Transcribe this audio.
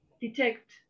detect